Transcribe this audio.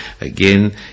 again